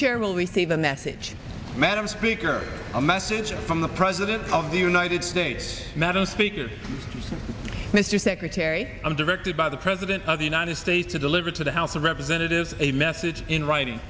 year will receive a message madam speaker a message from the president of the united states medal speakers mr secretary i'm directed by the president of the united states to deliver to the house of representatives a message in writing